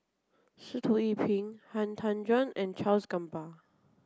Sitoh Yih Pin Han Tan Juan and Charles Gamba